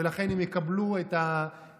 ולכן הם יקבלו את ההחזר.